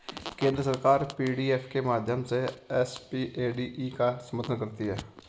केंद्र सरकार पी.डी.एफ के माध्यम से एस.पी.ए.डी.ई का समर्थन करती है